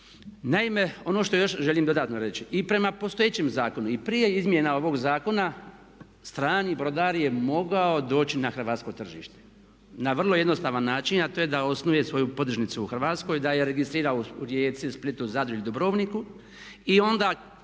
Naime, ono što još želim dodatno reći i prema postojećem zakonu i prije izmjena ovog zakona strani brodar je mogao doći na hrvatsko tržište na vrlo jednostavan način a to je da osnuje svoju podružnicu u Hrvatskoj i da je registrira u Rijeci, Splitu, Zadru ili Dubrovniku i onda